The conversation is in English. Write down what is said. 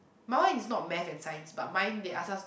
my one is not Math and Science but mine they ask us